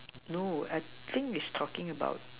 no I think he's talking about